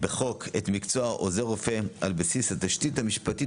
בחוק את מקצוע עוזר רופא על בסיס התשתית המשפטית